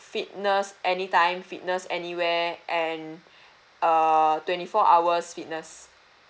fitness anytime fitness anywhere and err twenty four hours fitness